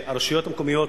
שהרשויות המקומיות